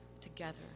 together